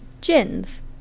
gin's